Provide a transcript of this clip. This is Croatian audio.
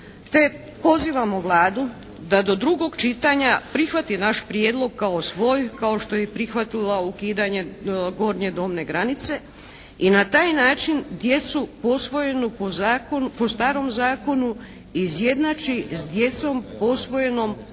pozivamo Vladu da do drugog čitanja prihvati naš prijedlog kao svoj, kao što je i prihvatila ukidanje gornje dobne granice i na taj način djecu posvojenu po starom zakonu izjednači s djecom posvojenom po